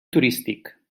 turístic